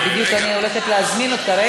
אני מבקש להגיב כשר.